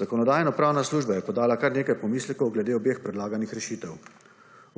Zakonodajno-pravna služba je podala kar nekaj pomislekov glede obeh predlaganih rešitev.